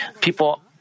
People